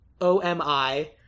o-m-i